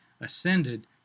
ascended